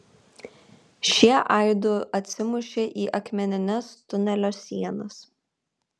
šie aidu atsimušė į akmenines tunelio sienas